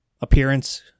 appearance